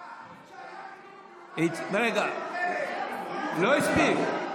רגע, הוא לא הספיק,